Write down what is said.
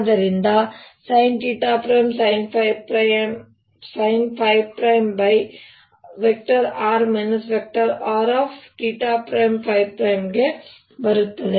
ಆದರೆ sinsinϕ|r R| ಗೆ ಬರುತ್ತದೆ